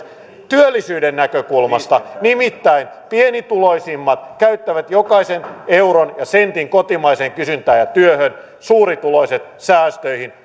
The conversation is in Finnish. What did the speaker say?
työllisyyden näkökulmasta nimittäin pienituloisimmat käyttävät jokaisen euron ja sentin kotimaiseen kysyntään ja työhön suurituloiset säästöihin